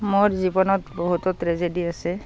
মোৰ জীৱনত বহুতো ট্ৰেজেডি আছে